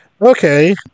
Okay